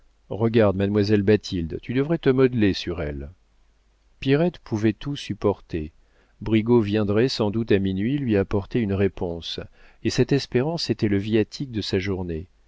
regarde mademoiselle bathilde tu devrais te modeler sur elle pierrette pouvait tout supporter brigaut viendrait sans doute à minuit lui apporter une réponse et cette espérance était le viatique de sa journée